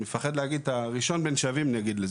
נגיד שהוא ראשון בין שווים.